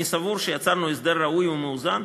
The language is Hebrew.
אני סבור שיצרנו הסדר ראוי ומאוזן,